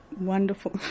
Wonderful